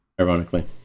Ironically